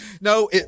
No